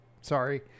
sorry